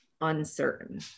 uncertain